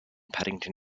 paddington